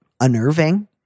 unnerving